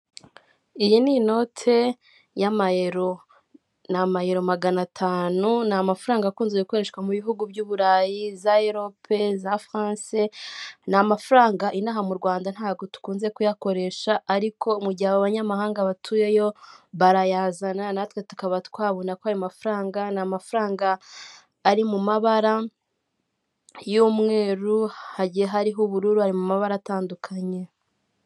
Iyi ni inote y'amayero, ni amayero magana atanu, ni amafaranga akunze gukoreshwa mu bihugu by'Uburayi, za Erope, za Faranse, ni amafaranga inaha mu Rwanda ntabwo dukunze kuyakoresha ariko mu gihe aba banyamahanga batuyeyo, barayazana natwe tukaba twabona kuri ayo mafaranga, ni amafaranga ari mu mabara y'umweru, hagiye hariho ubururu, ari mu mabara atandukanye.